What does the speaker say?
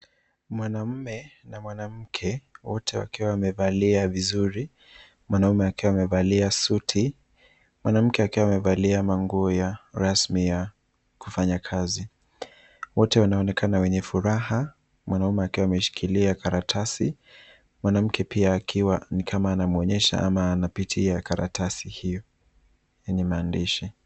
Mwanaume na mwanamke, wote wakiwa wamevalia vizuri, mwanaume akiwa amevalia suti mwanamke akiwa amevalia manguo ya rasmi ya kufanya kazi. Wote wanaonekana wenye furaha mwanaume akiwa ameshikilia karatasi mwanamke pia akiwa ni kama anamuonesha ama anapitia karatasi hiyo yenye maandishi.